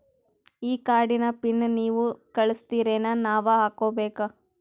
ಈ ಕಾರ್ಡ್ ನ ಪಿನ್ ನೀವ ಕಳಸ್ತಿರೇನ ನಾವಾ ಹಾಕ್ಕೊ ಬೇಕು?